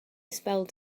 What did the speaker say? spelled